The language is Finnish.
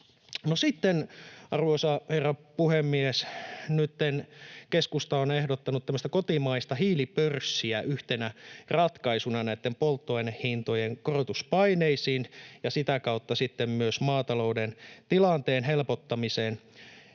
arvoisa herra puhemies, nytten keskusta on ehdottanut tämmöistä kotimaista hiilipörssiä yhtenä ratkaisuna näitten polttoainehintojen korotuspaineisiin ja sitä kautta sitten myös maatalouden tilanteen helpottamiseen,